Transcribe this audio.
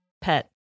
pet